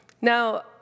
Now